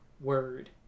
word